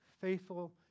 faithful